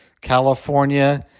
California